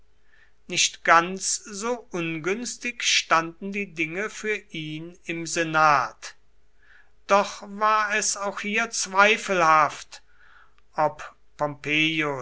nicht ganz so ungünstig standen die dinge für ihn im senat doch war es auch hier zweifelhaft ob